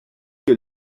que